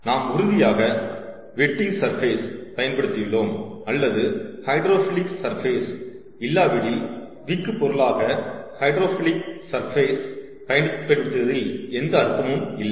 நாம் உறுதியாக wetting surface பயன்படுத்தியுள்ளோம் அல்லது ஹைட்ரோஃபிலிக் சர்ஃபேஸ் இல்லாவிடில் விக் பொருளாக ஹைட்ரோஃபோபிக் சர்ஃபேஸ் பயன்படுத்துவதில் எந்த அர்த்தமும் இல்லை